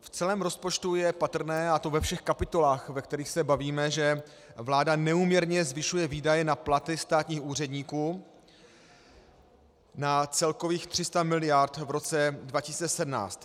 V celém rozpočtu je patrné, a to ve všech kapitolách, ve kterých se bavíme, že vláda neúměrně zvyšuje výdaje na platy státních úředníků na celkových 300 miliard v roce 2017.